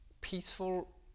peaceful